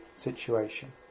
situation